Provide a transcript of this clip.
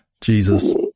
Jesus